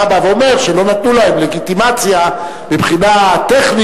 אתה בא ואומר שלא נתנו להם לגיטימציה מבחינה טכנית,